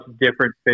different